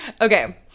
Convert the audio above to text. Okay